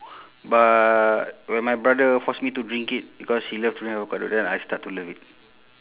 but when my brother force me to drink it because he love to drink avocado then I start to love it